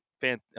fan